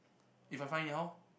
if I find it how